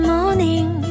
Morning